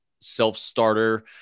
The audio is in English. self-starter